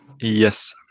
Yes